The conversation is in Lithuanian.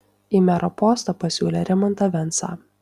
į mero postą pasiūlė rimantą vensą